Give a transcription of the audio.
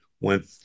went